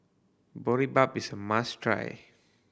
boribap is a must try